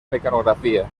mecanografia